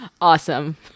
Awesome